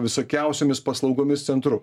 visokiausiomis paslaugomis centru